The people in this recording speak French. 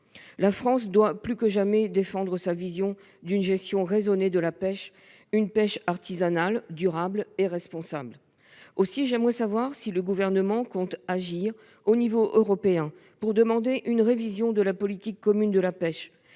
la France doit plus que jamais défendre sa vision d'une gestion raisonnée de la pêche : une pêche artisanale, durable et responsable. Aussi, j'aimerais savoir si le Gouvernement compte agir au niveau européen pour demander une révision de la politique commune de la pêche